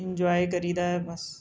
enjoy ਕਰੀਦਾ ਹੈ ਬਸ